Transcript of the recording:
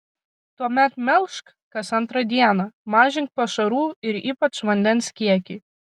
tuomet melžk kas antrą dieną mažink pašarų ir ypač vandens kiekį